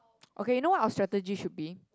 okay you know what our strategy should be